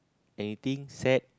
anything sad